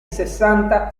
sessanta